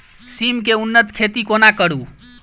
सिम केँ उन्नत खेती कोना करू?